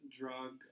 drug